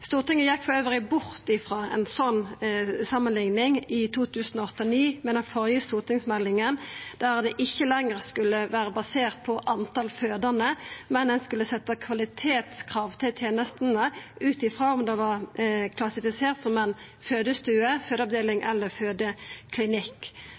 Stortinget gjekk dessutan bort frå ei sånn samanlikning i 2008–2009, med den førre stortingsmeldinga – det skulle ikkje lenger vera basert på talet på fødande, men ein skulle setja kvalitetskrav til tenestene ut frå om det var klassifisert som fødestove, fødeavdeling eller fødeklinikk, slik at ein